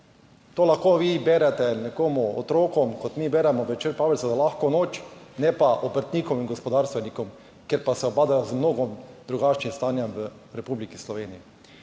To lahko vi berete nekomu, otrokom, kot mi beremo zvečer pravljice za lahko noč, ne pa obrtnikom in gospodarstvenikom, ker pa se ubadajo z mnogo drugačnim stanjem v Republiki Sloveniji.